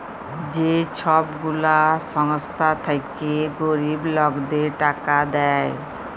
যে ছব গুলা সংস্থা থ্যাইকে গরিব লকদের টাকা দেয়